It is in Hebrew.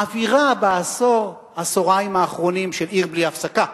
האווירה בעשור-עשוריים האחרונים של עיר בלי הפסקה,